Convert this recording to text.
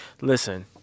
listen